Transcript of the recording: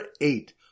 eight